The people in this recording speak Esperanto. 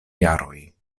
jaroj